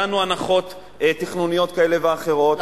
נתנו הנחות תכנוניות כאלה ואחרות.